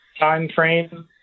timeframe